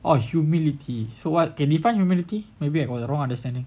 oh humility so what can define humility maybe I was wrong understanding